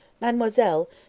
Mademoiselle